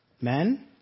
men